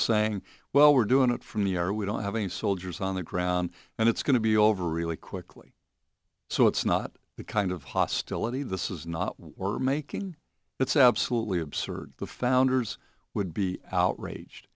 saying well we're doing it for me or we don't have any soldiers on the ground and it's going to be over really quickly so it's not the kind of hostility this is not were making it's absolutely absurd the founders would be outraged